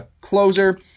closer